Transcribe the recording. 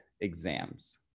exams